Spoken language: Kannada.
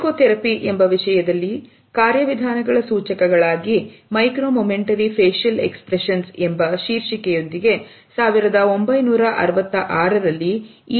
ಸೈಕೋಥೆರಪಿ ಎಂಬ ವಿಷಯದಲ್ಲಿ ಕಾರ್ಯವಿಧಾನಗಳ ಸೂಚಕಗಳಾಗಿ ಮೈಕ್ರೋ ಮೊಮೆಂಟರಿ ಫಾಷಿಯಲ್ ಎಕ್ಸ್ಪ್ರೆಷನ್ಸ್ ಎಂಬ ಶೀರ್ಷಿಕೆಯೊಂದಿಗೆ 1966ರಲ್ಲಿ ಇ